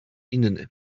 inny